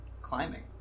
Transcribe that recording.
climbing